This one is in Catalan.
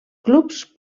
clubs